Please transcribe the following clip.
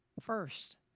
first